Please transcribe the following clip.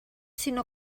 sinó